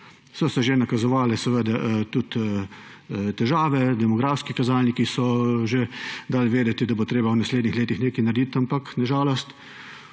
So se že nakazovale seveda tudi težave, demografski kazalniki so že dali vedeti, da bo treba v naslednjih letih nekaj narediti, ampak na žalost